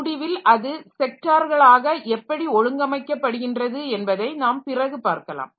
முடிவில் அது ஸெக்டார்களாக எப்படி ஒழுங்கமைக்கப்படுகின்றது என்பதை நாம் பிறகு பார்க்கலாம்